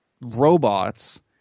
robots